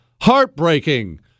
Heartbreaking